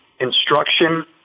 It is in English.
instruction